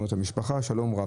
שלום רב,